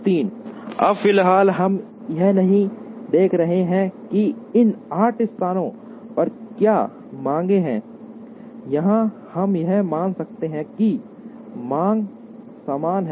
3 अब फिलहाल हम यह नहीं देख रहे हैं कि इन आठ स्थानों पर क्या मांगें हैं या हम यह मान सकते हैं कि मांगें समान हैं